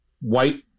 white